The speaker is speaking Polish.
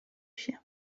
się